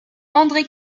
andré